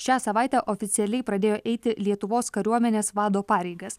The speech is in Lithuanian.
šią savaitę oficialiai pradėjo eiti lietuvos kariuomenės vado pareigas